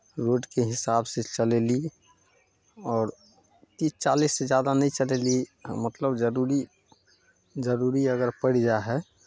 रोडके हिसाबसँ चलयली आओर तीस चालिससँ जादा नहि चलयली मतलब जरूरी जरूरी अगर पड़ि जाइ हइ